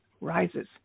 Rises